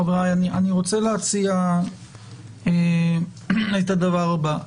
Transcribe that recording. חבריי, אני רוצה להציע את הדבר הבא.